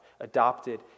adopted